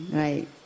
right